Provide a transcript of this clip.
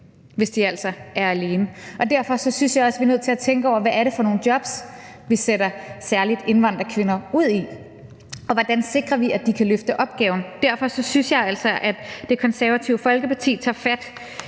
hvis de altså er alene. Derfor synes jeg også, vi er nødt til at tænke over, hvad det er for nogle jobs, vi sender særlig indvandrerkvinder ud i, og hvordan vi sikrer, at de kan løfte opgaven. Derfor synes jeg altså, at Det Konservative Folkeparti tager fat